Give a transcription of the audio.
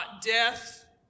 death